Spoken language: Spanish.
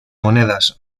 monedas